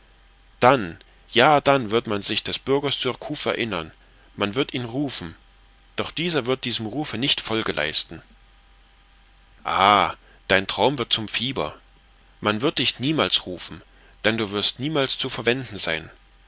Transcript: dann ja dann wird man sich des bürgers surcouf erinnern man wird ihn rufen doch er wird diesem rufe nicht folge leisten ah dein traum wird zum fieber man wird dich niemals rufen denn du wirst niemals zu verwenden sein